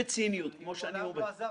בלי טיפת ציניות, שתמיד עשיתי